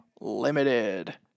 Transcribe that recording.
Limited